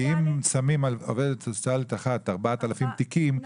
כי אם שמים על עובדת סוציאלית אחת 4,000 תיקים,